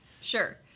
Sure